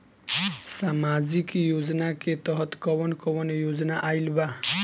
सामाजिक योजना के तहत कवन कवन योजना आइल बा?